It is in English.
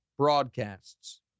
broadcasts